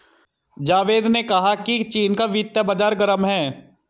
जावेद ने कहा कि चीन का वित्तीय बाजार गर्म है